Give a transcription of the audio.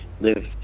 live